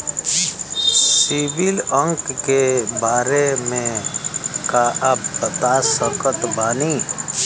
CIBIL अंक के बारे मे का आप बता सकत बानी?